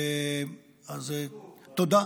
בטוף.